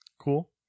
Cool